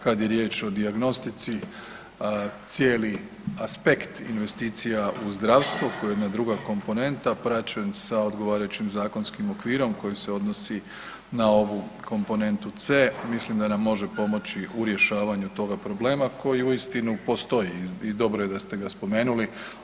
Kad je riječ o dijagnostici cijeli aspekt investicija u zdravstvu koje je jedna druga komponenta praćen sa odgovarajućim zakonskim okvirom koji se odnosi na ovu komponentu C, mislim da nam može pomoći u rješavanju toga problema koji uistinu postoji i dobro je da ste ga spomenuli.